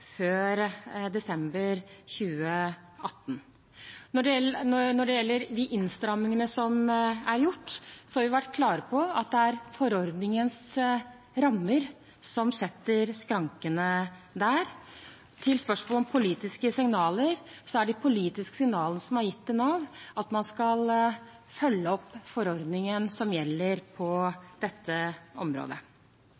før desember 2018. Når det gjelder de innstrammingene som er gjort, har vi vært klare på at det er forordningens rammer som setter skrankene der. Til spørsmålet om politiske signaler: De politiske signalene som er gitt til nå, er at man skal følge opp forordningen som gjelder på